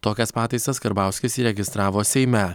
tokias pataisas karbauskis įregistravo seime